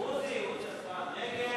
הכנסת יעקב ליצמן,